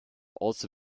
also